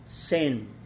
sin